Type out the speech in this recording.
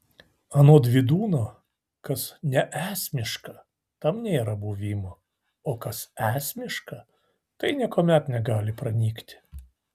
anot vydūno kas neesmiška tam nėra buvimo o kas esmiška tai niekuomet negali pranykti